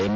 M